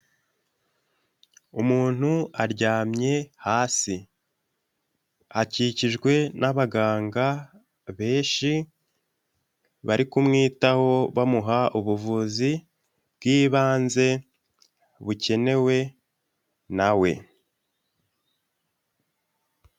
Umuntu aryamye hasi akikijwe n'abaganga benshi bari kumwitaho bamuha ubuvuzi bwibanze bukenewe na we.